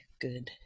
Good